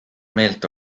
meelt